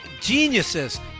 geniuses